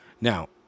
Now